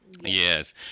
Yes